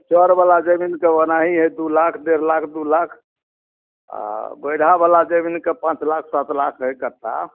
चऽरवला जमीन तऽ ओनाही हइ दू लाख डेढ़ लाख दू लाख आओर गोरिहावला जमीनके पाँच लाख सात लाख हइ कट्ठा